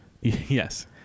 yes